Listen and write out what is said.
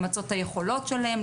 למצות את היכולות שלהם,